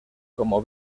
como